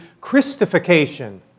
Christification